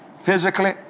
physically